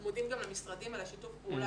אנחנו גם מודים למשרדים על השיתוף פעולה,